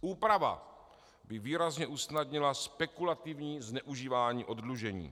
Úprava by výrazně usnadnila spekulativní zneužívání oddlužení.